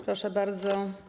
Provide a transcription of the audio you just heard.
Proszę bardzo.